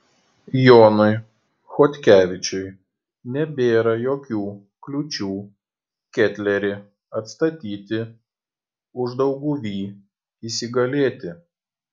jonui chodkevičiui nebėra jokių kliūčių ketlerį atstatyti uždauguvy įsigalėti